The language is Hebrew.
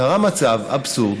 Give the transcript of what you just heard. קרה מצב, אבסורד,